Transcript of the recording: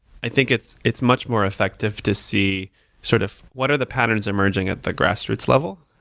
i think it's it's much more effective to see sort of what are the patterns emerging at the grassroots level.